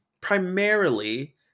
primarily